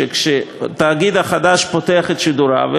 שכשהתאגיד החדש פותח את שידוריו,